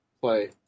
play